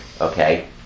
Okay